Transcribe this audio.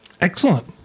Excellent